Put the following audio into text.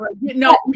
no